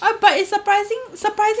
uh but is surprising